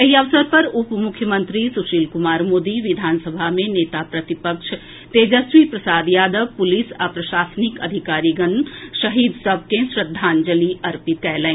एहि अवसर पर उप मुख्यमंत्री सुशील कुमार मोदी विधानसभा मे नेता प्रतिपक्ष तेजस्वी प्रसाद यादव पुलिस आ प्रशासनिक अधिकारीगण शहीद सभ के श्रद्धांजलि अर्पित कएलनि